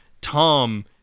tom